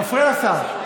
אתה מפריע לשר.